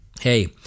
Hey